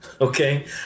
okay